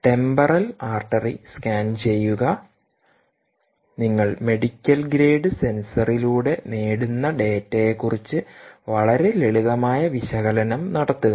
temporal artery scan ചെയ്യുക നിങ്ങൾ medical grade സെൻസറിലൂടെ നേടുന്ന ഡാറ്റയെക്കുറിച്ച് വളരെ ലളിതമായ വിശകലനം നടത്തുക